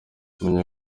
menya